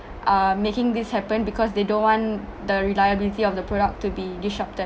are making this happen because they don't want the reliability of the product to be disrupted